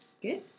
Good